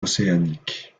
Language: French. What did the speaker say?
océaniques